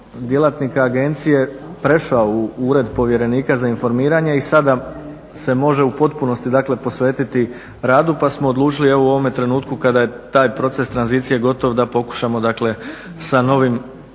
djelatnika agencije prešao u Ured povjerenika za informiranje i sada se može u potpunosti posvetiti radu pa smo odlučili u ovome trenutku kada je taj proces tranzicije gotov da pokušamo sa novom osobom